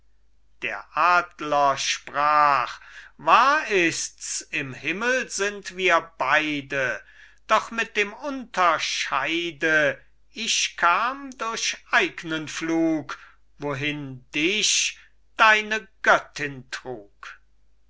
der adler sprach wahr ists im himmel sind wir beide doch mit dem unterscheide ich kam durch eignen flug wohin dich deine göttin trug